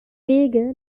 wege